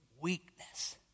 weakness